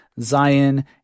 Zion